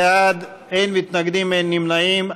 22 בעד, אין מתנגדים, אין נמנעים.